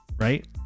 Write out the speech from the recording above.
right